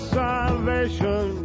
salvation